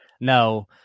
No